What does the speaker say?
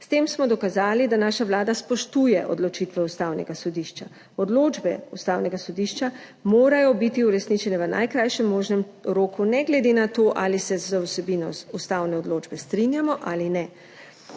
S tem smo dokazali, da naša Vlada spoštuje odločitve Ustavnega sodišča. Odločbe Ustavnega sodišča morajo biti uresničene v najkrajšem možnem roku, ne glede na to, ali se z vsebino ustavne odločbe strinjamo ali ne.